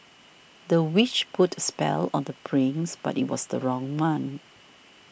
the witch put a spell on the prince but it was the wrong one